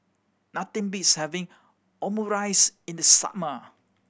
nothing beats having Omurice in the summer